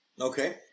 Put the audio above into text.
Okay